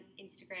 Instagram